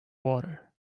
water